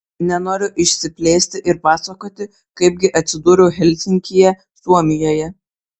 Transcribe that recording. nenoriu išsiplėsti ir pasakoti kaip gi atsidūriau helsinkyje suomijoje